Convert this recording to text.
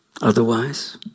Otherwise